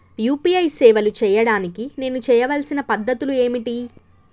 UPI సేవలు చేయడానికి నేను చేయవలసిన పద్ధతులు ఏమిటి?